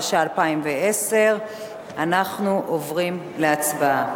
התשע"א 2010. אנחנו עוברים להצבעה.